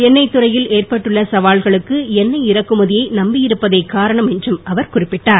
எண்ணெய் துறையில் ஏற்பட்டுள்ள சவால்களுக்கு எண்ணெய் இறக்குமதியை நம்பி இருப்பதே காரணம் என்றும் அவர் குறிப்பிட்டார்